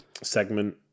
segment